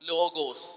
Logos